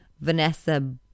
Vanessa